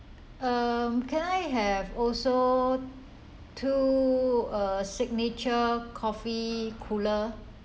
um can I have also two uh signature coffee cooler